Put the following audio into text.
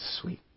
sweet